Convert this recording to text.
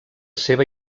seva